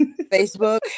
Facebook